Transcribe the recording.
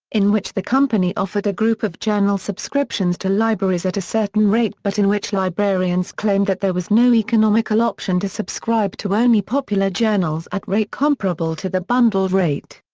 in which the company offered a group of journal subscriptions to libraries at a certain rate but in which librarians claimed that there was no economical option to subscribe to only popular journals at rate comparable to the bundled rate.